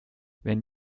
wenn